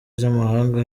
z’amahanga